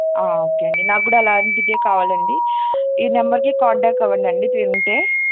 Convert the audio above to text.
okay అండి నాగ్గూడా అలాంటిదే కావాలండి ఈ నెంబర్కి కాంటాక్ట్ అవ్వండండి ఉంటే